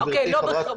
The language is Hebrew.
גברתי חברת הכנסת,